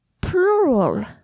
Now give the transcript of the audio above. plural